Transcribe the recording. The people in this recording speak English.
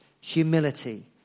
humility